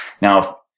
Now